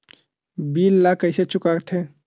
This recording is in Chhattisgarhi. बिल ला कइसे चुका थे